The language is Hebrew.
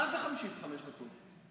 מה זה 55 דקות?